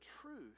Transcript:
truth